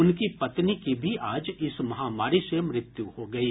उनकी पत्नी की भी आज इस महामारी से मृत्यु हो गयी